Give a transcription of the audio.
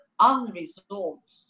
unresolved